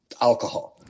alcohol